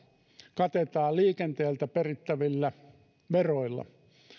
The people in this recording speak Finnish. katetaan liikenteeltä perittävillä veroilla